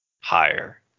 higher